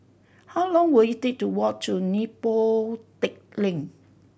how long will it take to walk to Neo Pee Teck Lane